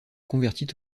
convertit